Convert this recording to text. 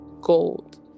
gold